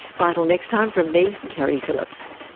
but next time from me, keri phillips